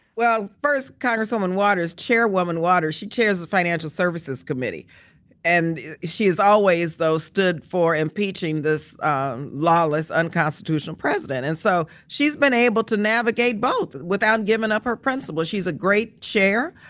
well, first congresswoman waters, chairwoman waters, she chairs the financial services committee and she is always though stood for impeaching this um lawless, unconstitutional president. and so she's been able to navigate both without giving up her principle. she's a great chair,